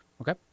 Okay